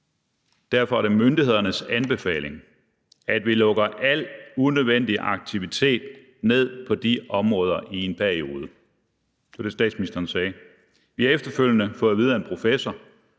»Derfor er det myndighedernes anbefaling, at vi lukker al unødvendig aktivitet ned på de områder i en periode«. Det var det, statsministeren sagde. Vi har efterfølgende fået at vide af en professor,